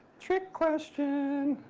trick question.